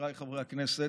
חבריי חברי הכנסת,